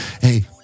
hey